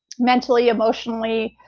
mentally, emotionally,